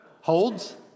holds